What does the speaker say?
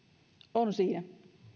on siinä